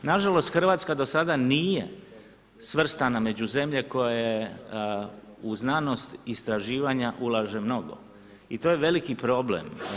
Nažalost, Hrvatska do sada nije svrstana među zemlje koje u znanost istraživanja ulaže mnogo i to je veliki problem.